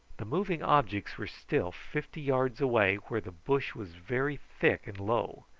the moving objects were still fifty yards away, where the bush was very thick and low.